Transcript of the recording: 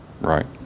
right